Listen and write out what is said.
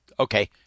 Okay